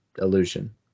illusion